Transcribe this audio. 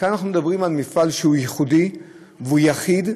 וכאן אנחנו מדברים על מפעל שהוא ייחודי והוא יחיד,